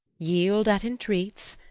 yield at entreats,